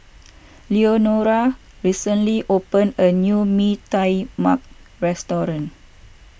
Leonore recently opened a new Mee Tai Mak restaurant